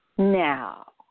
Now